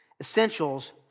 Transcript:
essentials